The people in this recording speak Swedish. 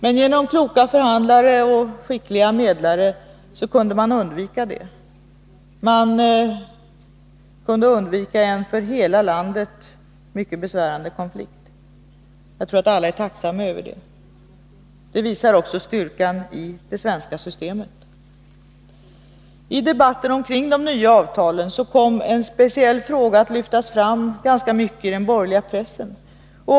Men genom kloka förhandlare och skickliga medlare kunde en för hela landet mycket besvärande konflikt undvikas. Jag tror att alla är tacksamma för det. Det visar också styrkan i det svenska systemet. I debatten omkring de nya avtalen kom en speciell fråga att lyftas fram i den borgerliga pressen.